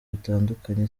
bitandukanye